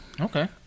Okay